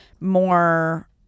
more